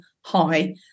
high